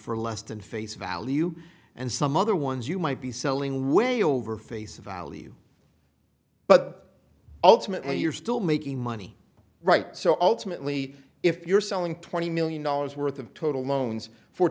for less than face value and some other ones you might be selling way over face value but ultimately you're still making money right so ultimately if you're selling twenty million dollars worth of total loans for